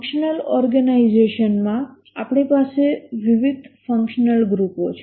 functional ઓર્ગેનાઈઝેશનમાં આપણી પાસે વિવિધ ફંક્શનલ ગ્રુપો છે